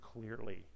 clearly